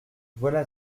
voilà